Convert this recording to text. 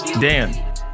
Dan